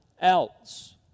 else